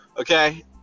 Okay